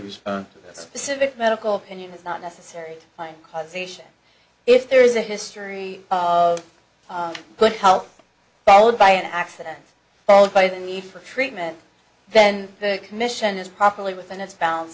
specific medical opinion is not necessary to find causation if there is a history of good help followed by an accident told by the need for treatment then the commission is properly within its bound